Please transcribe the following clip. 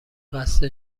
قصد